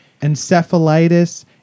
encephalitis